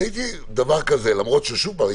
שוב פעם,